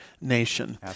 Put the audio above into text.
nation